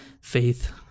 faith